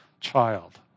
child